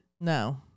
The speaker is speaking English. No